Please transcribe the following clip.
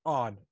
on